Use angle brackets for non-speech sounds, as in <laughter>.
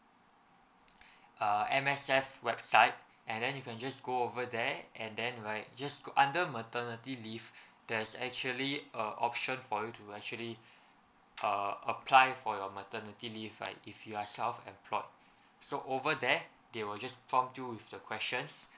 <breath> uh M_S_F website and then you can just go over there and then right just go under maternity leave there's actually a option for you to actually <breath> uh apply for your maternity leave right if you are self employed so over there they will just prompt you with the questions